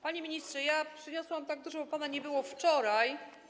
Panie ministrze, przyniosłam tak dużo, bo pana nie było wczoraj.